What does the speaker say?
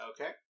Okay